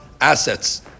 assets